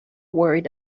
worried